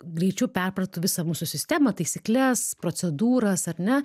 greičiau perprato visą mūsų sistemą taisykles procedūras ar ne